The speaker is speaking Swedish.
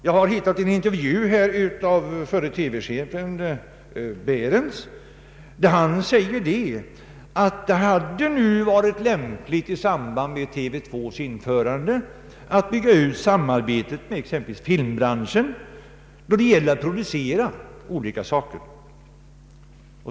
Jag har funnit en intervju av förre TV-chefen Baehrendtz, där han säger att det i samband med införandet av TV 2 hade varit lämpligt att bygga ut samarbetet med exempelvis filmbranschen för produktion av olika program.